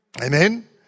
Amen